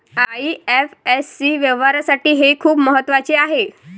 IFSC व्यवहारासाठी हे खूप महत्वाचे आहे